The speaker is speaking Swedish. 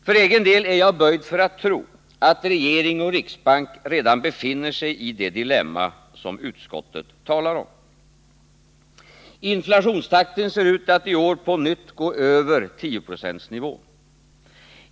För egen del är jag böjd att tro att regering och riksbank redan befinner sig i det dilemma som utskottet talar om. Inflationstakten ser ut att i år på nytt gå över 10-procentsnivån.